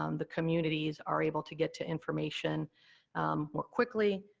um the communities are able to get to information more quickly,